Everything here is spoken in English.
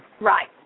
right